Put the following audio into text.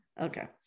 okay